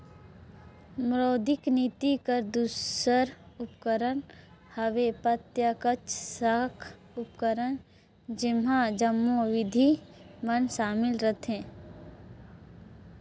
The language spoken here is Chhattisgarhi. मौद्रिक नीति कर दूसर उपकरन हवे प्रत्यक्छ साख उपकरन जेम्हां जम्मो बिधि मन सामिल रहथें